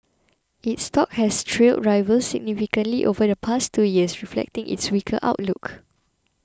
its stock has trailed rivals significantly over the past two years reflecting its weaker outlook